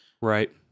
right